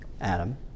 Adam